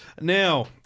Now